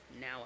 now